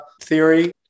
theory